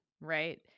right